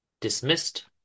Dismissed